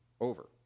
over